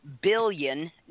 billion